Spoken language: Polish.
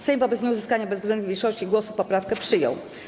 Sejm wobec nieuzyskania bezwzględnej większości głosów poprawkę przyjął.